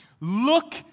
Look